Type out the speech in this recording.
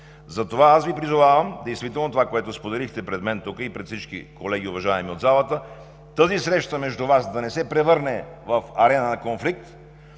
Затова аз Ви призовавам действително това, което споделихте пред мен тук и пред всички уважаеми колеги от залата, тази среща между Вас да не се превърне в арена на конфликт,